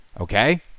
Okay